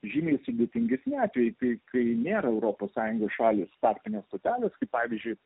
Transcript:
žymiai sudėtingesni atvejai kai kai nėra europos sąjungos šalys tarpinės stotelės kaip pavyzdžiui